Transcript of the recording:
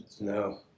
No